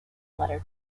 letter